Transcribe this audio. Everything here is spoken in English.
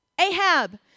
Ahab